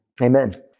Amen